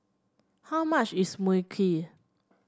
how much is Mui Kee